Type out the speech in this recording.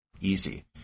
Easy